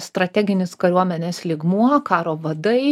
strateginis kariuomenės lygmuo karo vadai